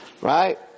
Right